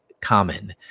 common